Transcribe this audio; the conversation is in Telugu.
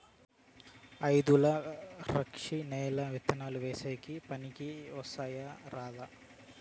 ఆధులుక్షరి నేలలు విత్తనాలు వేసేకి పనికి వస్తాయా రాదా?